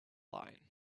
line